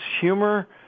humor